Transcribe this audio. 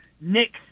Nick